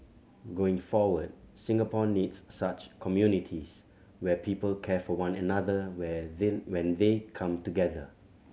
going forward Singapore needs such communities where people care for one another where the when they come together